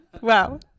Wow